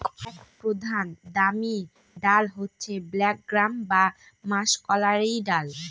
এক প্রধান দামি ডাল হচ্ছে ব্ল্যাক গ্রাম বা মাষকলাইর দল